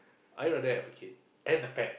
I rather have a kid and a pet